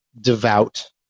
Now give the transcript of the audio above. devout